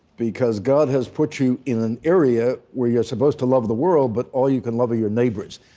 because god has put you in an area where you're supposed to love the world, but all you can love are your neighbors.